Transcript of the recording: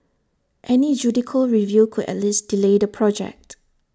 any judicial review could at least delay the project